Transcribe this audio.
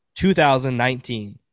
2019